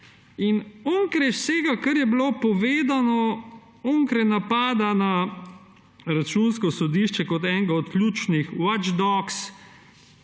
Onkraj vsega, kar je bilo povedano, onkraj napada na Računsko sodišče kot enega od ključnih watch dogs,